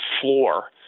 floor